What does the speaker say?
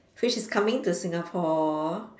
which is coming to Singapore